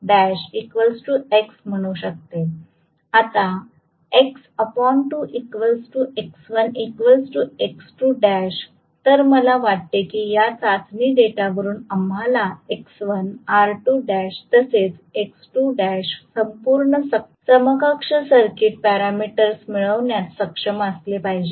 आता तर मला वाटते की या चाचणी डेटावरून आम्हाला X1 तसेच संपूर्ण समकक्ष सर्किट पॅरामीटर्स मिळविण्यात सक्षम असले पाहिजे